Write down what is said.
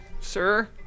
Sir